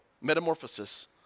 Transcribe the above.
metamorphosis